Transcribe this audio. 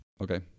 Okay